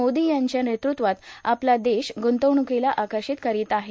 मोदी यांच्या नेतृत्वात आपला देश ग्रंतवणुकीला आकर्षित करीत आहे